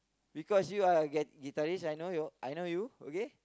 because you are a guit~ guitarist I know you I know you okay